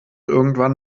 irgendwann